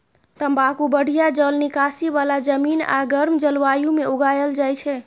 तंबाकू बढ़िया जल निकासी बला जमीन आ गर्म जलवायु मे उगायल जाइ छै